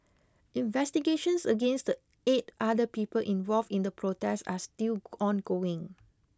investigations against the eight other people involved in the protest are still ongoing